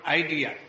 idea